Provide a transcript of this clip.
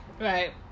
Right